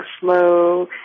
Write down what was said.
slow